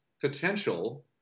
potential